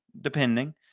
depending